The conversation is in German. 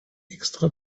extra